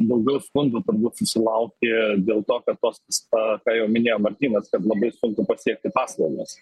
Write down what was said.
daugiau skundų trubūt susilaukė dėl to kad tos ką jau minėjo martynas kad labai sunku pasiekti paslaugas